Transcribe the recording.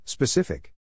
Specific